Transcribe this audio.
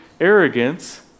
arrogance